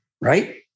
right